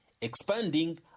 expanding